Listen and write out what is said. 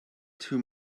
too